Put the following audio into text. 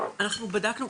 אנחנו בדקנו,